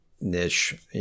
niche